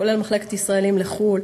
כולל המחלקה לישראלים בחו"ל,